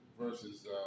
versus